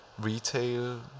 retail